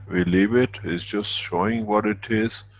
we leave it, is just showing what it is,